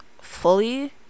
fully